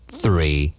three